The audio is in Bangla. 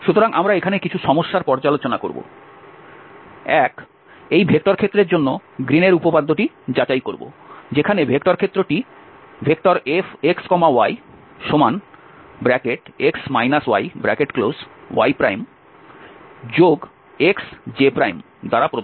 সুতরাং আমরা এখানে কিছু সমস্যার পর্যালোচনা করব এক এই ভেক্টর ক্ষেত্রের জন্য গ্রীনের উপপাদ্যটি যাচাই করব যেখানে ভেক্টর ক্ষেত্রটি Fxyx yixj দ্বারা প্রদত্ত